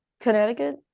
Connecticut